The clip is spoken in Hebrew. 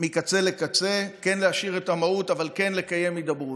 מקצה לקצה, להשאיר את המהות, אבל לקיים הידברות.